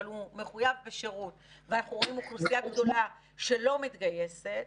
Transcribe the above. אבל הוא מחויב בשירות ואנחנו רואים אוכלוסייה גדולה שלא מתגייסת,